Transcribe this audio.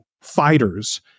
fighters